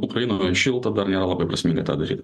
ukrainoj šilta dar nelabai prasminga tą daryt